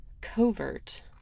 covert